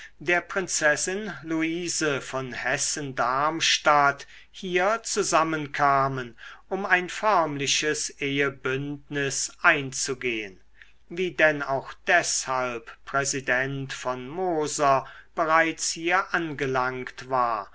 der prinzessin luise von hessen-darmstadt hier zusammen kamen um ein förmliches ehebündnis einzugehen wie denn auch deshalb präsident von moser bereits hier angelangt war